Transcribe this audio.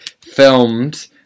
filmed